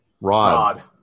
Rod